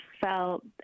felt